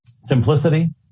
simplicity